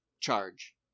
charge